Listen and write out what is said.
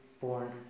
born